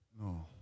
No